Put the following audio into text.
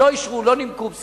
לא אישרו, לא נימקו.